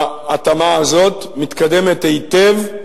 ההתאמה הזאת מתקדמת היטב.